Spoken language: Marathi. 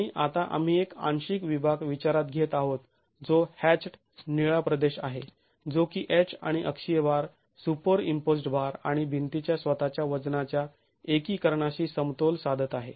आणि आता आम्ही एक आंशिक विभाग विचारात घेत आहोत जो ह्यॅच्ड् निळा प्रदेश आहे जो की H आणि अक्षीय भार सुपरईम्पोज्ड् भार आणि भिंतीच्या स्वतःच्या वजनाच्या एकीकरणाशी समतोल साधत आहे